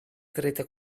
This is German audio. dritte